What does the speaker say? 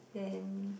then